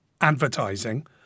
advertising